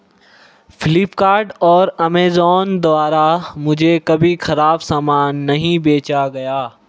फ्लिपकार्ट और अमेजॉन द्वारा मुझे कभी खराब सामान नहीं बेचा गया